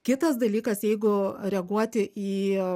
kitas dalykas jeigu reaguoti į